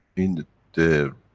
in the.